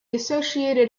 associated